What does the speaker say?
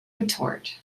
retort